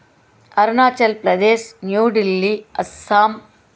Arunachal Pradesh New Delhi Assam